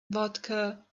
vodka